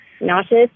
nauseous